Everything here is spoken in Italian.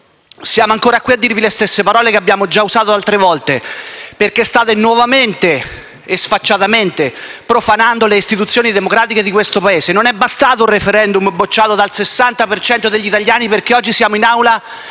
Siamo ancora qui a dirvi le stesse parole che abbiamo già usato altre volte, perché state nuovamente e sfacciatamente profanando le istituzioni democratiche di questo Paese. Non è bastato un *referendum* bocciato dal 60 per cento degli italiani, perché oggi siamo in Aula